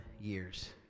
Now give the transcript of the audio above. years